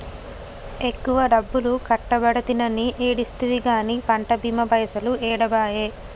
ఎక్కువ డబ్బులు కట్టబడితినని ఏడిస్తివి గాని పంట బీమా పైసలు ఏడబాయే